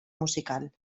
musical